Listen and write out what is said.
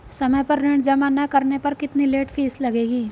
समय पर ऋण जमा न करने पर कितनी लेट फीस लगेगी?